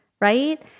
Right